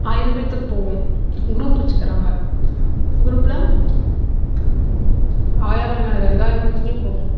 ஆயிரம் பேர்த்துக்கு போகும் க்ரூப் வைச்சுக்குறாங்க க்ரூப்பில் ஆயிரம் என்ன ரெண்டாயிரம் பேர்த்துக்கே போகும்